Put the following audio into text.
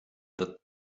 that